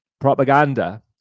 propaganda